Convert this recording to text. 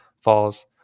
falls